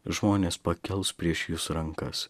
žmonės pakels prieš jus rankas